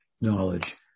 knowledge